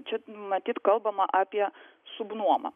čia matyt kalbama apie subnuomą